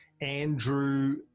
Andrew